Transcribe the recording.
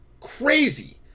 crazy